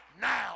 now